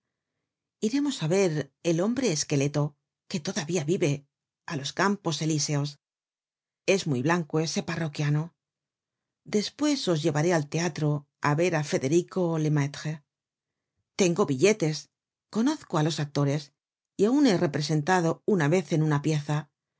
iremos á ver el hombre esqueleto que todavía vive á los campos elíseos es muy blanco ese parroquiano despues os llevaré al teatro á verá federico lemaitre tengo billetes conozco á los actores y aun he representado una vez en una pieza